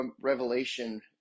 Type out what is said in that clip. revelation